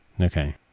okay